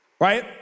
right